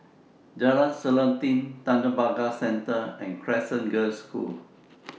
Jalan Selanting Tanjong Pagar Centre and Crescent Girls' School